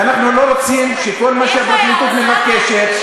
ואנחנו לא רוצים כל מה שהפרקליטות מבקשת.